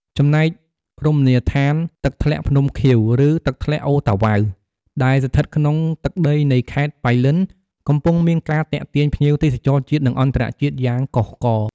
ចំណែក រមណីយដ្ឋាន «ទឹកធ្លាក់ភ្នំខៀវ ឬទឹកធ្លាក់អូរតាវ៉ៅ» ដែលស្ថិតក្នុងទឹកដីនៃខេត្តប៉ៃលិន កំពុងមានការទាក់ទាញភ្ញៀវទេសចរជាតិ និងអន្តរជាតិយ៉ាងកុះករ។